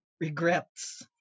regrets